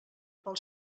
pel